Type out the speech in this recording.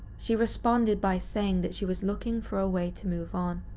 she responded by saying that she was looking for a way to move on,